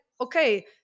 okay